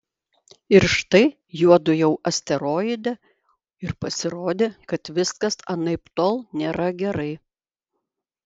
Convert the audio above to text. ir štai juodu jau asteroide ir pasirodė kad viskas anaiptol nėra gerai